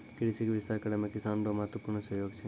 कृषि के विस्तार करै मे किसान रो महत्वपूर्ण सहयोग छै